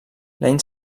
l’any